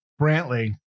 Brantley